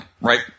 right